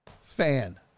fan